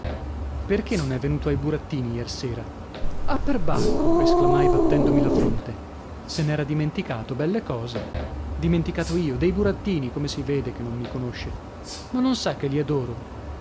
perchè non è venuto ai burattini iersera ah perbacco esclamai battendomi la fronte se n'era dimenticato belle cose dimenticato io dei burattini come si vede che non mi conosce ma non sa che li